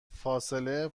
فاصله